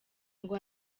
ngo